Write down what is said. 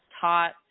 taught